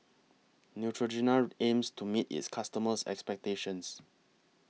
Neutrogena aims to meet its customers' expectations